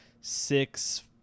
six